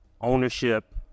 ownership